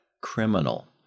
criminal